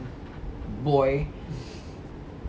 boy